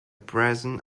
brazen